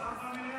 אין שר במליאה.